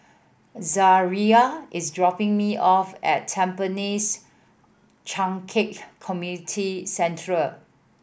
Zariah is dropping me off at Tampines Changkat Community Centre